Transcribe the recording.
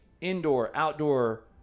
indoor/outdoor